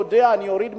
אני אוריד מסים,